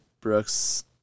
Brooks